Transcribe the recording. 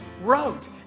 wrote